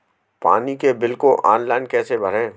पानी के बिल को ऑनलाइन कैसे भरें?